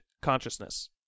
consciousness